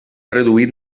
reduït